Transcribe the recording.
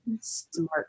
smart